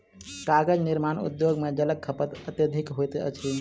कागज निर्माण उद्योग मे जलक खपत अत्यधिक होइत अछि